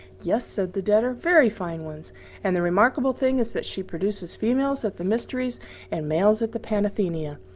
yes, said the debtor, very fine ones and the remarkable thing is that she produces females at the mysteries and males at the panathenea.